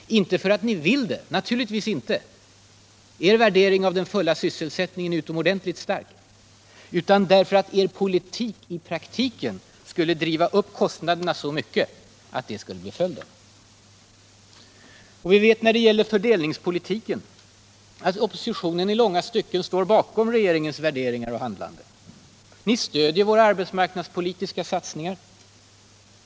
Naturligtvis inte för att ni vill det — er värdering av den fulla sysselsättningen är utomordentligt stark — utan därför att er politik i praktiken skulle driva upp kostnaderna så mycket att detta skulle bli följden. När det gäller fördelningspolitiken vet vi att oppositionen i långa stycken står bakom regeringens värderingar och handlande. Ni stöder våra arbetsmarknadspolitiska satsningar.